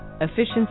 efficiency